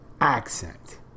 accent